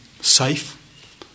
safe